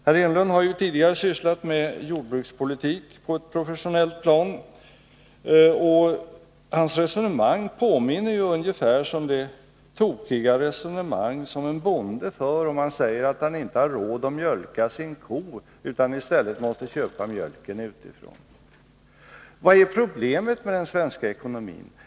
Herr Enlund har tidigare sysslat med jordbrukspolitik på ett professionellt plan. Hans resonemang påminner ungefär om det tokiga resonemang som en bonde för om han säger att han inte har råd att mjölka sin ko utan i stället måste köpa mjölken utifrån. Vad är problemet med den svenska ekonomin?